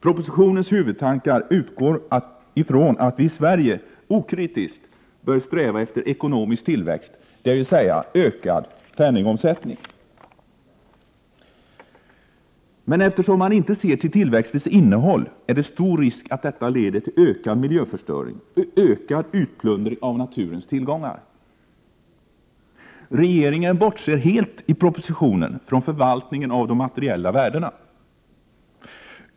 Propositionens huvudtankar utgår från att vi i Sverige okritiskt bör sträva efter ekonomisk tillväxt, dvs. ökad penningomsättning. Men eftersom man inte ser till tillväxtens innehåll är det stor risk att detta leder till ökad miljöförstöring och ökad utplundring av naturens tillgångar. Regeringen bortser i propositionen helt från förvaltningen av de materiella värdena.